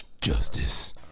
Justice